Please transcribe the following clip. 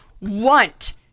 want